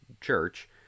church